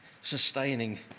sustaining